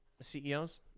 CEOs